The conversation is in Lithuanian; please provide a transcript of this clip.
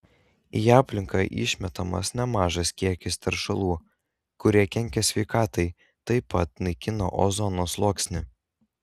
į aplinką išmetamas nemažas kiekis teršalų kurie kenkia sveikatai taip pat naikina ozono sluoksnį